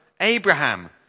Abraham